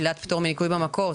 שלילת פטור מניכוי במקור.